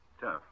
Tough